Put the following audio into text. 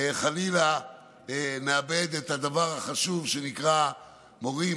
חלילה נאבד את הדבר החשוב שנקרא מורים,